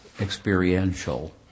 experiential